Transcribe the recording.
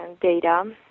data